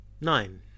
Nine